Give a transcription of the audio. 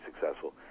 successful